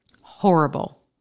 Horrible